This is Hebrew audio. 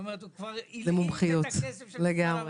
הם כבר הלאימו את הכסף של משרד הרווחה.